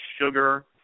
sugar